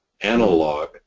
analog